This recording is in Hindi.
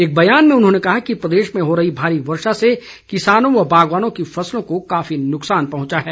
एक बयान में उन्होंने कहा कि प्रदेश में हो रही भारी वर्षा से किसानों व बागवानों की फसलों को काफी नुकसान पहंचा है